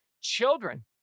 children